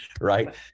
right